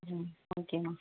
ம் ஓகேம்மா